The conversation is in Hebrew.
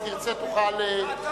אם תרצה תוכל להגיב,